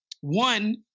one